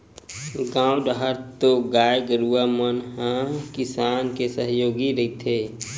गाँव डाहर तो गाय गरुवा मन ह किसान मन के सहयोगी रहिथे